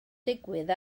digwydd